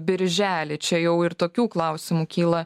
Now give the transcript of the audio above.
birželį čia jau ir tokių klausimų kyla